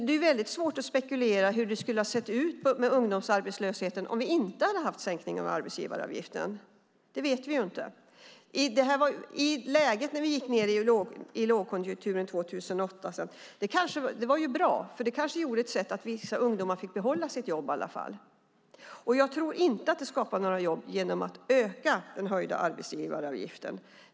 Det är väldigt svårt att spekulera i hur det hade sett ut med ungdomsarbetslösheten om vi inte hade haft sänkningen av arbetsgivaravgiften. Det vet vi inte. I läget när vi gick ned i lågkonjunkturen 2008 var det ju bra. Det kanske skapade ett sätt för vissa ungdomar att behålla sitt jobb i alla fall. Jag tror inte heller att det skapar några jobb att öka den höjda arbetsgivaravgiften.